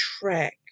track